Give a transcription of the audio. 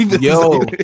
Yo